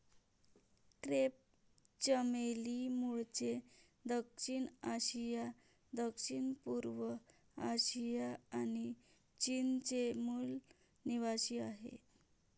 crepe चमेली मूळचे दक्षिण आशिया, दक्षिणपूर्व आशिया आणि चीनचे मूल निवासीआहे